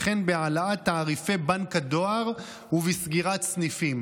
וכן בהעלאת תעריפי בנק הדואר ובסגירת סניפים.